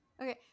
Okay